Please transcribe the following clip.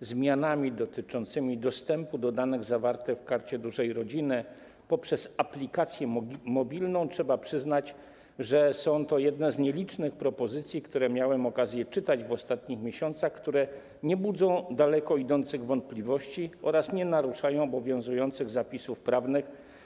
zmiany dotyczące dostępu do danych zawartych w Karcie Dużej Rodziny poprzez aplikację mobilną, trzeba przyznać, że są to jedne z nielicznych propozycji, jakie miałem okazję poznać w ostatnich miesiącach, które nie budzą daleko idących wątpliwości oraz nie naruszają obowiązujących przepisów prawnych.